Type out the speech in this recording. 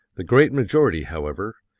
the great majority, however,